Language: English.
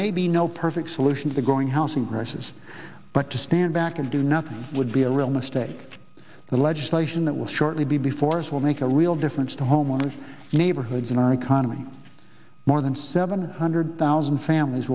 may be no perfect solution to the growing housing crisis but to stand back and do nothing would be a real mistake the legislation that will shortly be before us will make a real difference to homeowners neighborhoods and our economy more than seven hundred thousand families